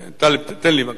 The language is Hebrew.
טלב, תן לי בבקשה.